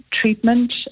treatment